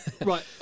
right